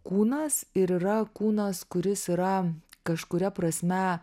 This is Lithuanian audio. kūnas ir yra kūnas kuris yra kažkuria prasme